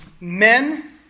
men